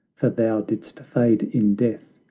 for thou didst fade in death,